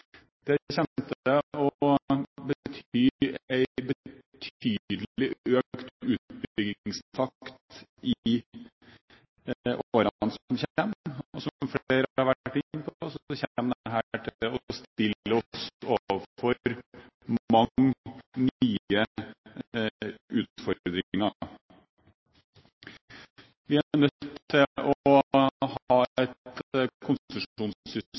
bety en betydelig økt utbyggingstakt i årene som kommer, og som flere har vært inne på, vil det stille oss overfor mange nye utfordringer. Vi er nødt til å ha et konsesjonssystem